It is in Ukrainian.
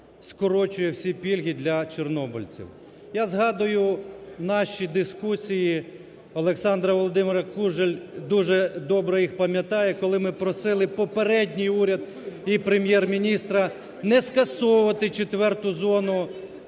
скорочує всі пільги для чорнобильців. Я згадую наші дискусії, Олександра Володимирівна Кужель дуже добре їх пам'ятає, коли ми просили попередній уряд і Прем'єр-міністра не скасовувати четверту зону